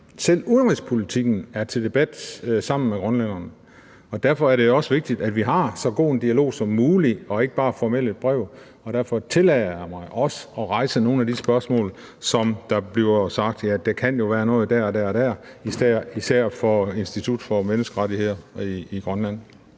selv udenrigspolitikken er til debat – sammen med grønlænderne. Og derfor er det også vigtigt, at vi har så god en dialog som muligt og ikke bare sender et formelt brev, og derfor tillader jeg mig også at rejse nogle af de spørgsmål, der bliver stillet, og hvor der bliver sagt, at der kan være noget der og der, især fra Institut for Menneskerettigheder i Grønland.